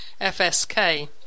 FSK